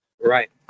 Right